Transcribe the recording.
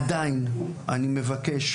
עדיין אני מבקש,